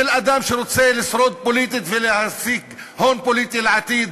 של אדם שרוצה לשרוד פוליטית ולהשיג הון פוליטי לעתיד,